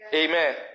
Amen